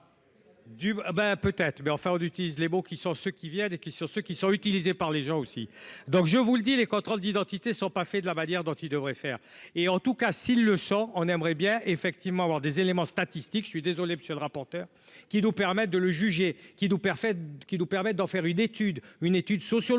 peut-être mais enfin, on utilise les mots qui sont ceux qui viennent et qui sur ceux qui sont utilisés par les gens aussi, donc je vous le dis, les contrôles d'identité sont pas fait de la manière dont il devrait faire et en tout cas, s'il le sent, on aimerait bien effectivement avoir des éléments statistiques, je suis désolé, monsieur le rapporteur, qui nous permettent de le juger, qui nous permettent, qui nous permettent d'en faire une étude, une étude sociologique